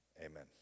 Amen